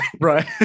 right